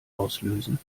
auslösen